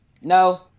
no